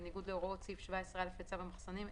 בניגוד להוראות1,000 סעיף 17(א) לצו המחסנים,